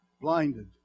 Blinded